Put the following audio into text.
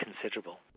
considerable